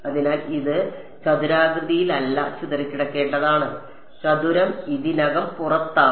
അതിനാൽ ഇത് ചതുരാകൃതിയിലല്ല ചിതറിക്കിടക്കേണ്ടതാണ് ചതുരം ഇതിനകം പുറത്താണ്